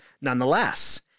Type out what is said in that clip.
nonetheless